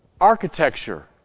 architecture